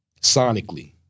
sonically